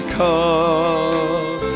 come